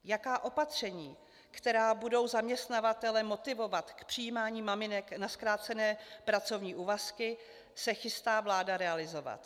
Jaká opatření, která budou zaměstnavatele motivovat k přijímání maminek na zkrácené pracovní úvazky, se chystá vláda realizovat?